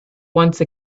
once